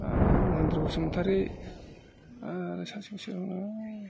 महेन्द्र' बसुमतारि सासेया सोरमोनलाय